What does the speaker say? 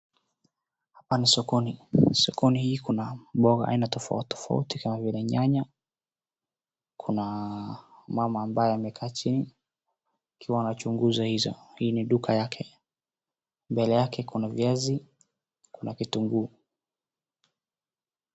Hapa ni sokoni. Sokoni hii kuna mboga aina tofauti tofauti kama vile nyanya. Kuna mama ambaye amekaa chini akiwa anachunguza hizo. Hii ni duka yake. Mbele yakekuna viazi, kuna kitunguu.